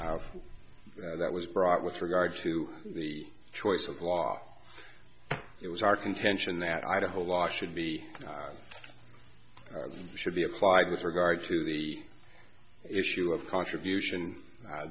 motion that was brought with regard to the choice of law it was our contention that idaho law should be or should be applied with regard to the issue of contribution